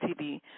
TV